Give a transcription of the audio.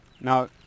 now